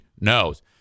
knows